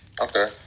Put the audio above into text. okay